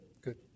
Good